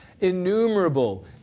innumerable